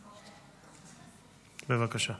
בבקשה.